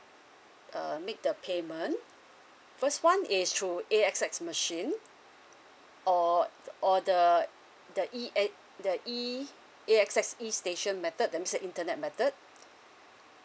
uh make the payment first one is through A_X_S machine or or the the e~ a~ the E A_X_S E station method that means internet method